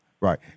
right